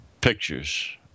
Pictures